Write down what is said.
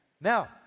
Now